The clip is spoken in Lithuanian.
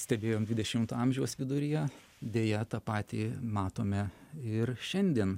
stebėjom dvidešimto amžiaus viduryje deja tą patį matome ir šiandien